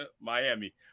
Miami